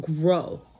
grow